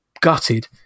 gutted